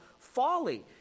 folly